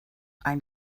ein